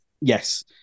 Yes